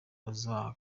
abakinnyi